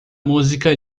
música